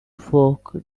folk